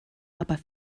aber